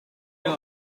bon